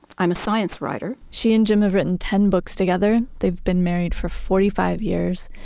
i'm a science writer she and jim have written ten books together. they've been married for forty five years.